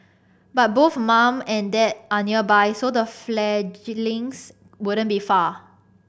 but both mum and dad are nearby so the fledglings wouldn't be far